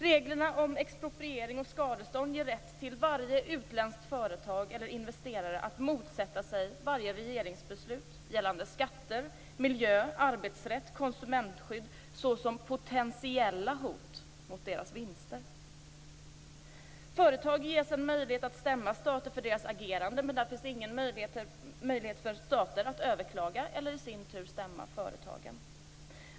Reglerna om expropriation och skadestånd ger rätt till varje utländskt företag eller utländsk investerare att motsätta sig regeringsbeslut gällande skatter, miljö, arbetsrätt och konsumentskydd såsom potentiella hot mot deras vinster. Företag ges en möjlighet att stämma stater för deras agerande, men det finns ingen möjlighet för stater att överklaga eller i sin tur stämma företagen.